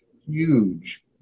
huge